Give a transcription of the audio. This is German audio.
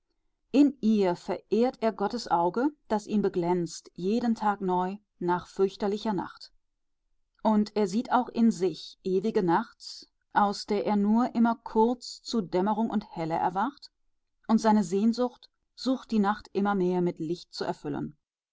in ihr verehrt er gottes auge das ihn beglänzt jeden tag neu nach fürchterlicher nacht und er sieht auch in sich die ewige nacht aus der er nur immer kurz zu dämmerung und helle erwacht und seine sehnsucht sucht die nacht immer mehr mit licht zu erfüllen